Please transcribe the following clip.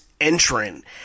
entrant